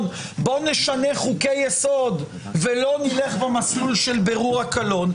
בואו נשנה חוקי יסוד ולא נלך במסלול של בירור הקלון,